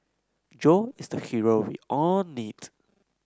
Joe is the hero we all need